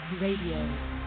Radio